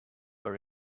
were